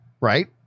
right